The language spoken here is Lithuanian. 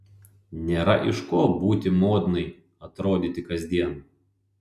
nėra iš ko būti modnai atrodyti kasdien